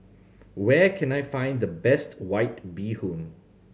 where can I find the best White Bee Hoon